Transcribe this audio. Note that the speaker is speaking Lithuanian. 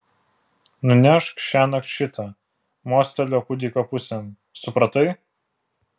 nunešk šiąnakt šitą mostelėjo kūdikio pusėn supratai